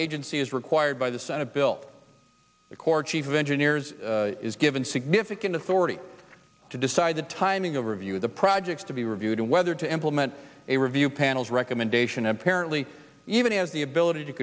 agency is required by the senate bill the court chief of engineers is given significant authority to decide the timing of review of the projects to be reviewed and whether to implement a review panel's recommendation apparently even has the ability to